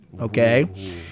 Okay